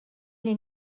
les